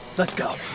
let's go